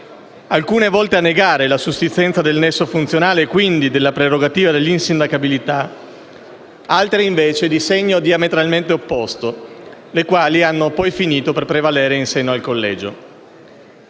alcune volte a negare la sussistenza del nesso funzionale e quindi della prerogativa dell'insindacabilità, altre invece di segno diametralmente opposto, le quali hanno poi finito per prevalere in seno al Collegio.